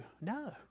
No